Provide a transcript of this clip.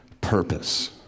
purpose